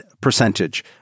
percentage